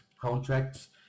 contracts